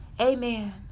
Amen